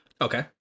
Okay